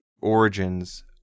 origins